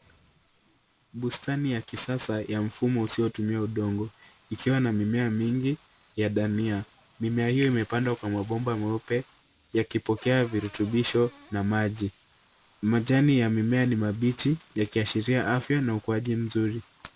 Bustani ya kisasa ya mfumo usiotumia udongo ikiwa na mimea mingi ya dania. Mimea hiyo imepandwa kwa mabomba meupe yakipokea virutubisho na maji. Majani ya mimea ni mabichi yakiashiria afya na ukuaji mzuri.